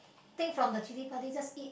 take from the chilli-padi just eat